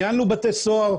ניהלתי בתי סוהר,